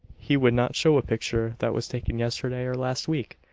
he would not show a picture that was taken yesterday, or last week,